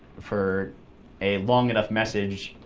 for a long enough message,